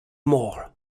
more